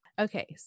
Okay